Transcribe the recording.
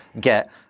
get